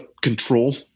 control